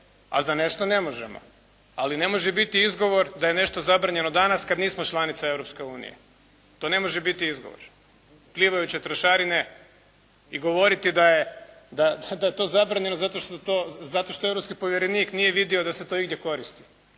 a za nešto ne možemo, ali ne može biti izgovor da je nešto zabranjeno danas kada nismo članice Europske unije. To ne može biti izgovor. Klimajuće trošarine i govoriti da je to zabranjeno zato što to, zato što europski povjerenik nije vidio da se to igdje koristi.